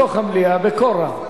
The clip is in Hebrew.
בתוך המליאה, בקול רם.